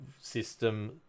system